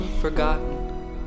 forgotten